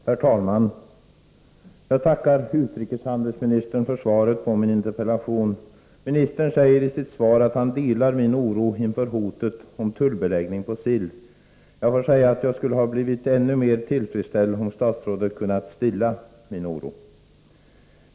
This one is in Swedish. Herr talman! Jag tackar utrikeshandelsministern för svaret på min interpellation. Ministern säger i sitt svar att han delar min oro inför hotet om tullbeläggning på sill. Jag får säga att jag skulle blivit ännu mer tillfredsställd om statsrådet kunnat stilla min oro.